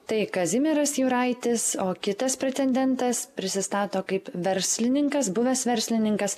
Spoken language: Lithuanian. tai kazimieras juraitis o kitas pretendentas prisistato kaip verslininkas buvęs verslininkas